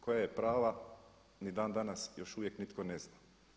Koja je prava ni dan danas još uvijek nitko ne zna.